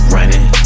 Running